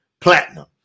platinum